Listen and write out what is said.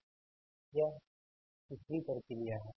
तो यह तीसरी प्रक्रिया है